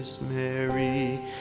Mary